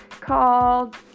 called